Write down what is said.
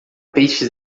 peixes